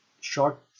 Short